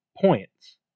points